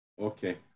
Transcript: okay